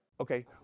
Okay